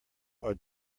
are